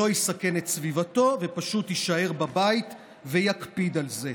שלא יסכן את סביבתו ופשוט יישאר בבית ויקפיד על זה.